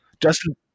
Justin